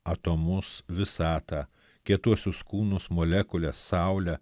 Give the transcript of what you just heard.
atomus visatą kietuosius kūnus molekulę saulę